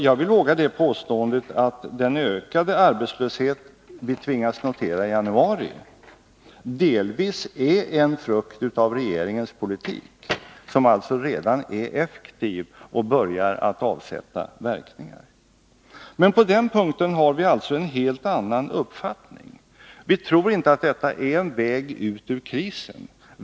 Jag vågar påstå att den ökning av arbetslösheten som vi tvingades notera i januari delvis är en följd av regeringens politik, som alltså redan är effektiv och börjar avsätta resultat. Men på den punkten har vi alltså en helt annan uppfattning. Vi tror inte att detta är en väg ut ur krisen.